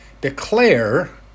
declare